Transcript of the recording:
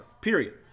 period